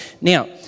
Now